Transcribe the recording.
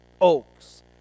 Oaks